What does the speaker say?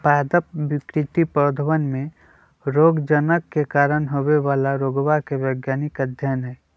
पादप विकृति पौधवन में रोगजनक के कारण होवे वाला रोगवा के वैज्ञानिक अध्ययन हई